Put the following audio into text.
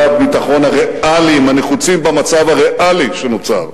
הביטחון הריאליים הנחוצים במצב הריאלי שנוצר,